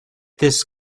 this